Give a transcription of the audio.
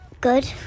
Good